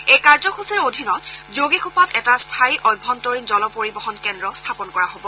এই কাৰ্যসূচীৰ অধীনত যোগীঘোপাত এটা স্থায়ী অভ্যন্তৰীণ জলপৰিবহন কেন্দ্ৰ স্থাপন কৰা হ'ব